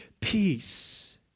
peace